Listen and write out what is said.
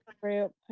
group